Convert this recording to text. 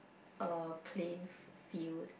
uh plain field